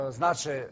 znaczy